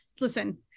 Listen